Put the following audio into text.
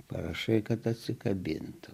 parašai kad atsikabintų